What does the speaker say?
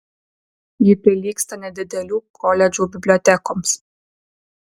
ji prilygsta nedidelių koledžų bibliotekoms